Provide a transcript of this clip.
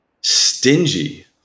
Stingy